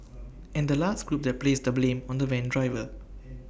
and the last group that placed the blame on the van driver